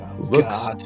looks